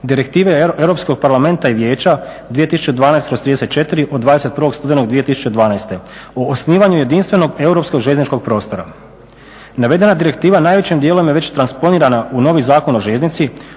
Direktive Europskog parlamenta i Vijeća 2012/34 od 21. studenog 2012. o osnivanju jedinstvenog europskog željezničkog prostora. Navedena direktiva najvećim dijelom je već transponirana u novi Zakon o željeznici